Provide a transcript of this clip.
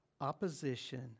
opposition